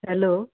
hello